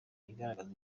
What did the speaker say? igaragaza